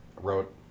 wrote